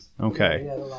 Okay